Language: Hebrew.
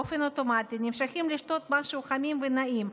באופן אוטומטי אנחנו נמשכים לשתות משהו חמים ונעים.